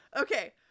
Okay